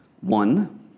one